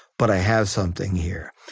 but i have something here.